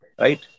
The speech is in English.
right